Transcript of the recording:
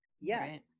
Yes